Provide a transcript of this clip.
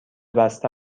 بسته